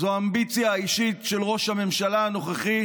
אמביציה אישית של ראש הממשלה הנוכחי